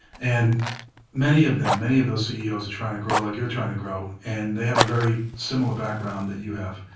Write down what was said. and many of them, many of those ceo's are trying to grow like you're trying to grow. and they have a very similar background that you have.